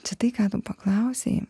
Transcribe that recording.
tai ką tu paklausei